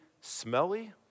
smelly